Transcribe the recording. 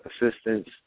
assistance